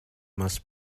must